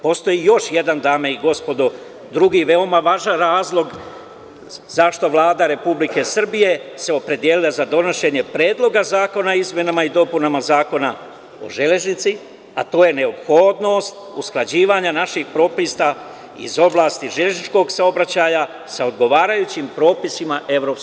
Postoji još jedan, dame i gospodo drugi veoma važan razlog zašto Vlada Republike Srbije se opredelila za donošenje Predloga zakona o izmenama i dopunama Zakona o železnici, a to je neophodnost usklađivanja naših propisa iz oblasti železničkog saobraćaja sa odgovarajućim propisima EU.